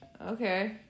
okay